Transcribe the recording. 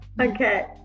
okay